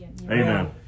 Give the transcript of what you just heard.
Amen